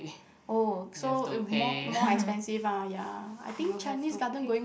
oh so more more expensive lah ya I think Chinese Garden going